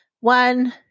one